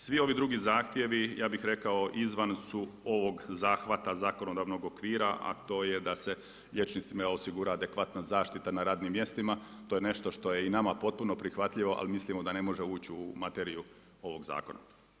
Svi ovi drugi zahtjevi ja bi rekao izvan su ovog zahvata zakonodavnog okvira, a to je da se liječnicima osigura adekvatna zaštita na radnim mjestima, to je nešto što je i nama potpuno prihvatljivo ali mislim da ne može ući u materiju ovog zakona.